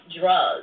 drugs